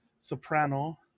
soprano